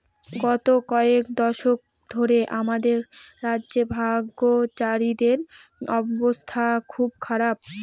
গত কয়েক দশক ধরে আমাদের রাজ্যে ভাগচাষীদের অবস্থা খুব খারাপ